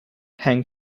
hang